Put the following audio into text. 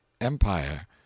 empire